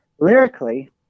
Lyrically